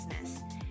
business